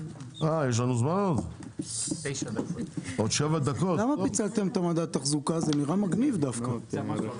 הישיבה ננעלה בשעה 09:37.